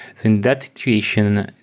in that situation,